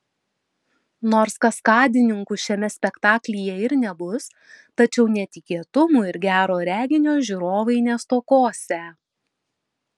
nors kaskadininkų šiame spektaklyje ir nebus tačiau netikėtumų ir gero reginio žiūrovai nestokosią